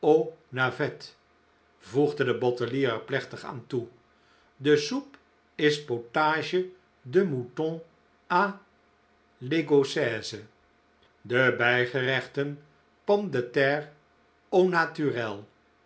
voegde de bottelier er plechtig aan toe de soep is potagc de mouton a i'ecossaise de bijgerechten